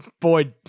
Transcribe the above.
boy